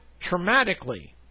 traumatically